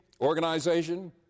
organization